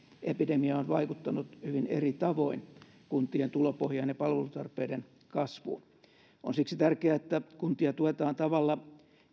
epidemia on vaikuttanut hyvin eri tavoin kuntien tulopohjaan ja palvelutarpeiden kasvuun siksi on tärkeää että kuntia tuetaan tavalla